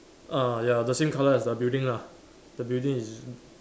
ah ya the same colour as the building lah the building is